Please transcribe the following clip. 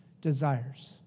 desires